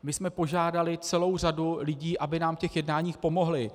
My jsme požádali celou řadu lidí, aby nám v těch jednáních pomohli.